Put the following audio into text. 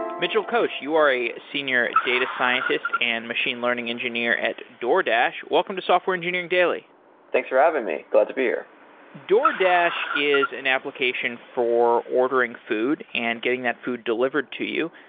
mitchell koch, you are a senior data scientist and machine learning engineer at doordash. welcome to software engineering daily thanks for having me. glad to be here doordash is an application for ordering food and getting that food delivered to you.